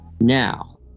Now